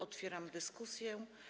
Otwieram dyskusję.